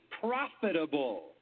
profitable